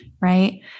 right